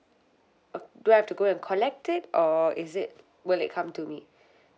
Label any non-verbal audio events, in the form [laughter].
[noise] do I have to go and collect it or is it will it come to me